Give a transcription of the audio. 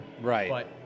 right